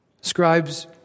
scribes